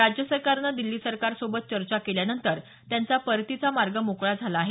राज्य सरकारनं दिल्ली सरकारसोबत चर्चा केल्यानंतर त्यांचा परतीचा मार्ग मोकळा झाला आहे